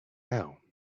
now